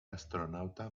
astronauta